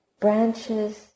branches